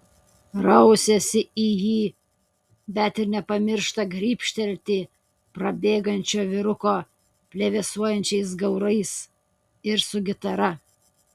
rausiasi į jį bet nepamiršta gribštelėti prabėgančio vyruko plevėsuojančiais gaurais ir su gitara